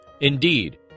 Indeed